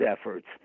efforts